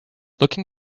looking